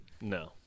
No